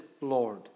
Lord